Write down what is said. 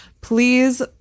please